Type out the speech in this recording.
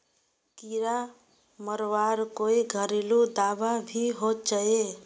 कीड़ा मरवार कोई घरेलू दाबा भी होचए?